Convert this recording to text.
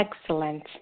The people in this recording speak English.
Excellent